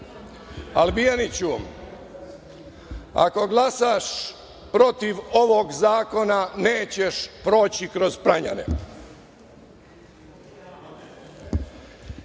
Albijaniću ako glasaš protiv ovog zakona nećeš proći kroz ...